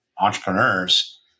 entrepreneurs